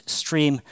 stream